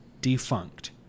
defunct